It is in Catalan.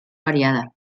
variada